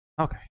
okay